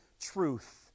truth